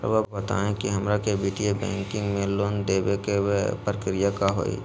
रहुआ बताएं कि हमरा के वित्तीय बैंकिंग में लोन दे बे के प्रक्रिया का होई?